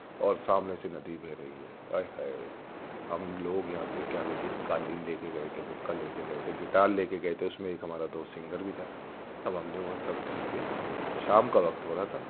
اور سامنے سے ندی بہہ رہی ہے ہائے ہائے ہم لوگ یہاں سے کیا لے گئے قالین لے کے گئے تھے حقہ لے کے گئے تھے گیٹار لے کے گئے تھے اس میں ایک ہمارا دوست سنگر بھی تھا اب ہم نے وہ سب چیزیں شام کا وقت ہو رہا تھا